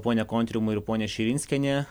pone kontrimai ir ponia širinskiene